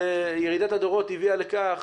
ירידת הדורות הביאה לכך